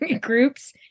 groups